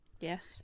yes